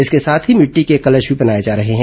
इसके साथ ही मिट्टी के कलश भी बनाये जा रहे हैं